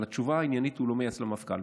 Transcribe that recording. אבל התשובה העניינית: הוא לא מייעץ למפכ"ל.